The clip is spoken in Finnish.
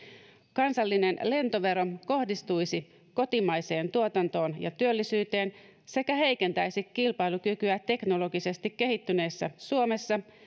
kansallinen lentovero kohdistuisi kotimaiseen tuotantoon ja työllisyyteen sekä heikentäisi kilpailukykyä teknologisesti kehittyneessä suomessa